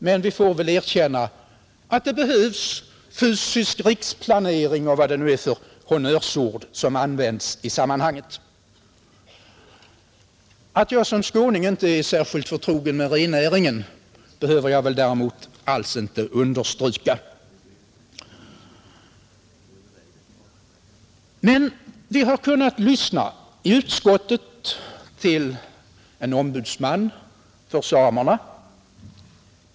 Men vi får väl erkänna att det behövs fysisk riksplanering, eller vad det nu är för honnörsord som används i sammanhanget. — Att jag som skåning inte är särskilt förtrogen med rennäringen behöver jag väl däremot inte alls understryka. Vi har emellertid i utskottet kunnat lyssna till en ombudsman för samerna.